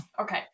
Okay